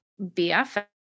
bff